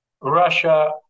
Russia